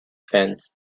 fence